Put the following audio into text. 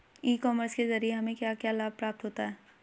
ई commerce के ज़रिए हमें क्या क्या लाभ प्राप्त होता है?